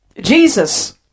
Jesus